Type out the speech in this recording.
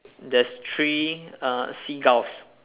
there's three uh seagulls